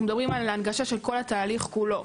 מדברים על הנגשה של כל התהליך כולו,